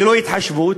ללא התחשבות,